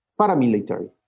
paramilitary